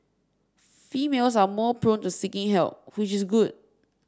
females are more prone to seeking help which is good